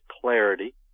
clarity